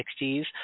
60s